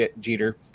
Jeter